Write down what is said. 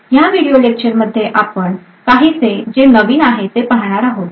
या व्हिडिओ लेक्चरमध्ये आपण काहीसे जे नवीन आहे ते पाहणार आहोत